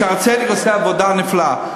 "שערי צדק" עושה עבודה נפלאה,